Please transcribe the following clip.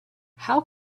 how